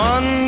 One